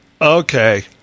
okay